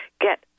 get